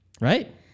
right